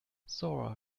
zora